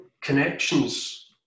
connections